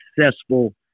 successful